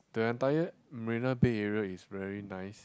the entire Marina Bay area is very nice